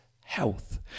health